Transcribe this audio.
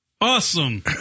Awesome